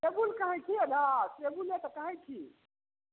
table कहै छियै ने टेबुले तऽ कहै छी